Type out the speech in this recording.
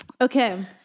Okay